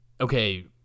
okay